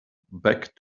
back